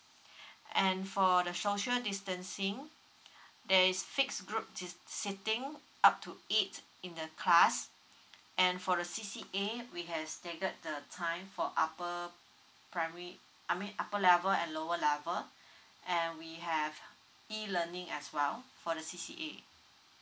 and for the social distancing there is fixed group is sitting up to eight in the class and for the C_C_A we have staggered the time for upper primary I mean upper level and lower level and we have E learning as well for the C_C_A